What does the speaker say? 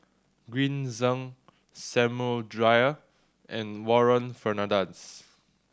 Green Zeng Samuel Dyer and Warren Fernandez